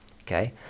Okay